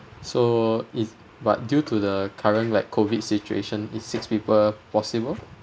so is but due to the current like COVID situation is six people possible